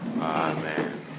Amen